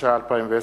התש"ע 2010,